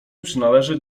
przynależeć